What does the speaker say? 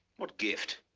what gift?